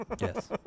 Yes